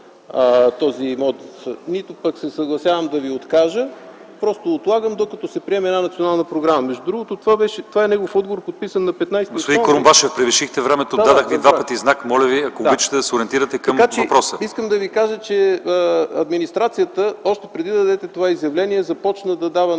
този имот, нито пък се съгласявам да ви откажа - просто отлагам, докато се приеме една национална програма. Между другото това е негов отговор, подписан на 15-ти ... ПРЕДСЕДАТЕЛ ЛЪЧЕЗАР ИВАНОВ: Господин Курумбашев, превишихте времето. Дадох Ви знак два пъти. Моля Ви, ако обичате, да се ориентирате към въпроса. ПЕТЪР КУРУМБАШЕВ: Искам да ви кажа, че администрацията, още преди да дадете това изявление, започна да дава